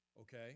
okay